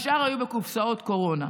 והשאר היו בקופסאות קורונה.